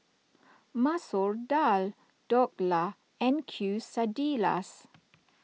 Masoor Dal Dhokla and Quesadillas